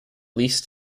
least